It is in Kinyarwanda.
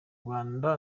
rwanda